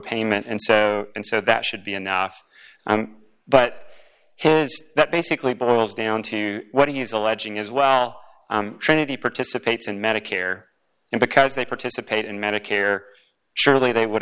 payment and so and so that should be enough but that basically boils down to what he's alleging as well trinity participates in medicare and because they participate in medicare surely they would